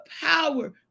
power